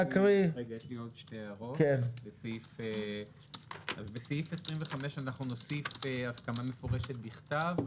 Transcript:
בסעיף 25 נוסיף הסכמה מפורשת בכתב.